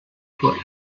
for